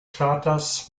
kraters